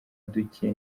duke